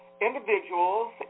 individuals